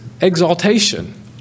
exaltation